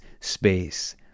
space